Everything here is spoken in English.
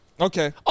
Okay